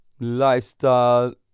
Lifestyle